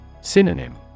Synonym